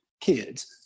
kids